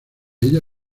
ella